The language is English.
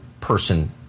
person